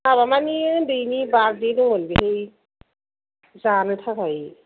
हाग्रामानि उन्दैनि बारदे दंमोन बेहाय जानो थाखाय